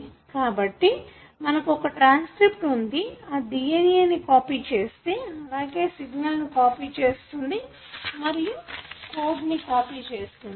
కాబట్టి మనకు ఒక ట్రాన్స్క్రిప్టు వుండి అది DNA ను కాపీ చేస్తే అలాగే సిగ్నల్ ను కాపీ చేస్తుంది మరియు కోడ్ ను కాపీ చేస్తుంది